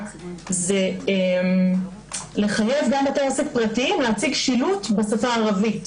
זה לחייב גם בתי עסק פרטיים להציג שילוט בשפה הערבית.